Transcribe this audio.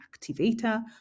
activator